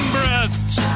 Breasts